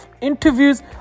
interviews